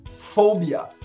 phobia